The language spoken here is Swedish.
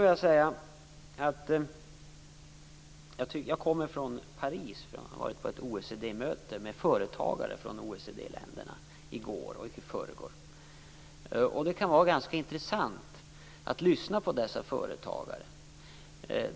I går och i förrgår var jag i Paris på ett OECD möte med företagare från OECD-länderna. Det kan vara ganska intressant att lyssna på dessa företagare.